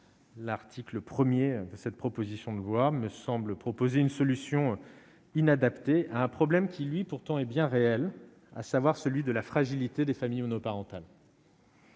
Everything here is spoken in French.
L'article 1er de cette proposition de voix me semble proposer une solution inadaptée à un problème qui lui, pourtant, est bien réelle, à savoir celui de la fragilité des familles monoparentales.